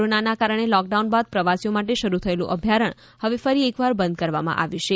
કોરોનાના કારણે લોકડાઉન બાદ પ્રવાસીઓ માટે શરૂ થયેલું અભયારણ્ય હવે ફરી એકવાર બંધ કરવામાં આવ્યું છે